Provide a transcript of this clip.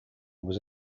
was